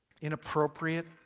inappropriate